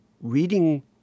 reading